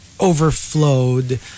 overflowed